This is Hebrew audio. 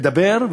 מדבר,